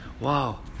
Wow